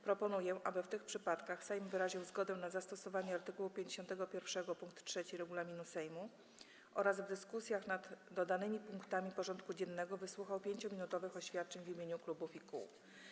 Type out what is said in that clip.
Proponuję, aby w tych przypadkach Sejm wyraził zgodę na zastosowanie art. 51 pkt 3 regulaminu Sejmu oraz w dyskusjach nad dodanymi punktami porządku dziennego wysłuchał 5-minutowych oświadczeń w imieniu klubów i kół.